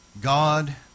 god